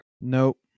Nope